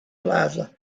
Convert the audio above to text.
plaza